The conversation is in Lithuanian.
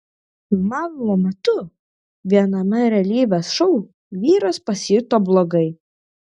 filmavimo metu viename realybės šou vyras pasijuto blogai